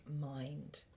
mind